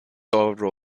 avro